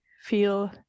feel